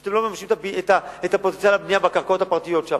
כשאתם לא מממשים את פוטנציאל הבנייה בקרקעות הפרטיות שם?